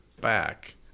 back